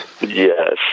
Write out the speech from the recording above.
yes